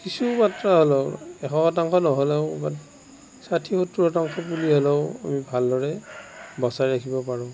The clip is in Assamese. কিছু মাত্ৰ হ'লেও এশ শতাংশ নহ'লেও বাট ষাঠি সত্তৰ সতাংশ হ'লেও আমি ভালদৰে বচাই ৰাখিব পাৰোঁ